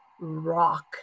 rock